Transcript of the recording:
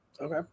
Okay